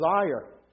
desire